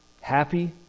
happy